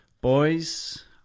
Boys